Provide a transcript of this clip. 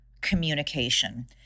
communication